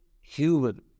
human